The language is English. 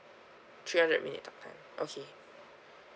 three hundred minute talk time okay